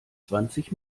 zwanzig